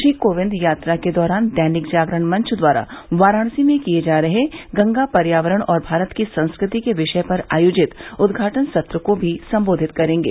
श्री कोविंद यात्रा के दौरान दैनिक जागरण मंच द्वारा वाराणसी में किए जा रहे गंगा पर्यावरण और भारत की संस्कृति के विषय पर आयोजित उदघाटन सत्र को भी संबोधित करेंगे